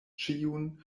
ĉiun